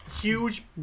huge